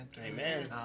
Amen